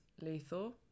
lethal